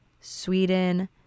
Sweden